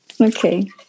okay